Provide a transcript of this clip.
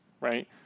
right